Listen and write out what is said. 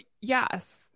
yes